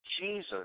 Jesus